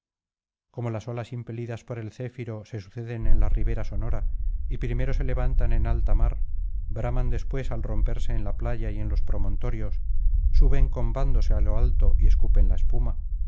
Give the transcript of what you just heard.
como las olas impelidas por el céfiro se suceden en la ribera sonora y primero se levantan en alta mar braman después al romperse en la playa y en los promontorios suben combándose á lo alto y escupen la espuma